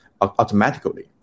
automatically